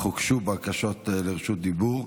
אך הוגשו בקשות לרשות דיבור.